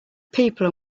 people